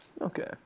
okay